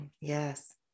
Yes